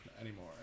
anymore